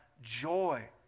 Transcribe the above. joy